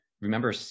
remember